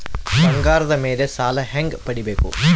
ಬಂಗಾರದ ಮೇಲೆ ಸಾಲ ಹೆಂಗ ಪಡಿಬೇಕು?